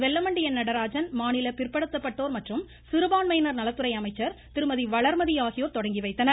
வெல்லமண்டி என் நடராஜன் மாநில பிற்படுத்தப்பட்டோர் மற்றும் சிறுபான்மையினர் நலத்துறை அமைச்சர் திருமதி வளர்மதி ஆகியோர் தொடங்கி வைத்தனர்